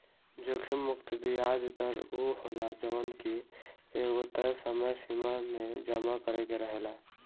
जोखिम मुक्त बियाज दर उ होला जवन की एगो तय समय सीमा में जमा करे के रहेला